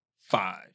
five